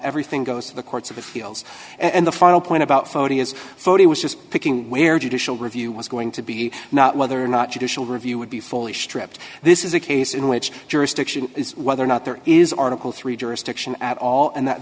everything goes to the courts of appeals and the final point about foti is forty was just picking where judicial review was going to be not whether or not judicial review would be fully stripped this is a case in which jurisdiction is whether or not there is article three jurisdiction at all and that